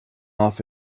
off